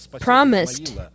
promised